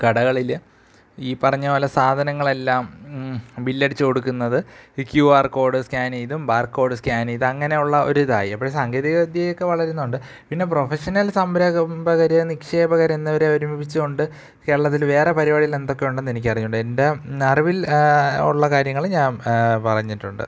കടകളിൽ ഈ പറഞ്ഞ പോലെ സാധനങ്ങളെല്ലാം ബിൽ അടിച്ച് കൊടുക്കുന്നത് ഈ ക്യു ആർ കോഡ് സ്കാൻ ചെയ്തും ബാർകോഡ് സ്കാൻ ചെയ്ത് അങ്ങനെ ഉള്ള ഒരിതായി അപ്പോഴും സാങ്കേതിക വിദ്യയൊക്കെ വളരുന്നുണ്ട് പിന്നെ പ്രൊഫഷണൽ സംരംഭകർ നിക്ഷേപകർ എന്നിവരെ ഒരുമിച്ച് കൊണ്ട് കേരളത്തിൽ വേറെ പരിപാടികൾ എന്തൊക്കെ ഉണ്ടെന്ന് എനിക്ക് അറിഞ്ഞുകൂടാ എൻ്റെ അറിവിൽ ഉള്ള കാര്യങ്ങൾ ഞാൻ പറഞ്ഞിട്ടുണ്ട്